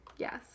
Yes